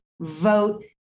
vote